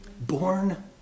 Born